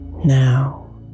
Now